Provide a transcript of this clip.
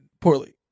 poorly